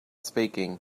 speaking